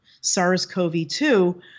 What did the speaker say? SARS-CoV-2